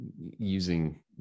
using